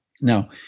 Now